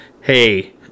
Hey